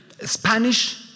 Spanish